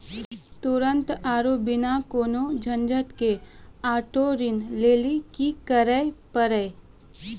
तुरन्ते आरु बिना कोनो झंझट के आटो ऋण लेली कि करै पड़तै?